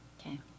okay